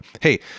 hey